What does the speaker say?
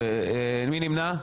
מי נמנע?